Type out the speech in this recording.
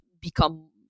become